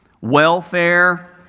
welfare